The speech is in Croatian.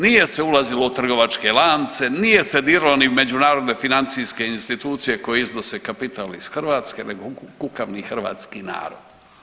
Nije se ulazilo u trgovačke lance, nije se diralo ni u međunarodne financijske institucije koje iznose kapital iz Hrvatske nego u kukavni hrvatski narod.